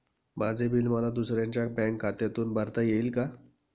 माझे बिल मला दुसऱ्यांच्या बँक खात्यातून भरता येईल का?